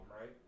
right